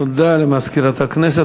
תודה למזכירת הכנסת.